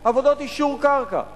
עבודות יישור קרקע.